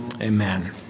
Amen